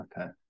okay